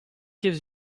gives